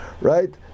right